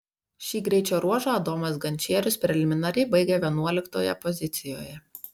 šį greičio ruožą adomas gančierius preliminariai baigė vienuoliktoje pozicijoje